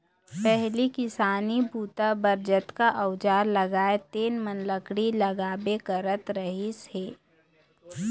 पहिली किसानी बूता बर जतका अउजार लागय तेन म लकड़ी लागबे करत रहिस हे